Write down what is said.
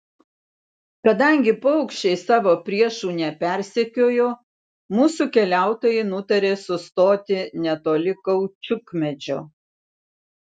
kadangi paukščiai savo priešų nepersekiojo mūsų keliautojai nutarė sustoti netoli kaučiukmedžio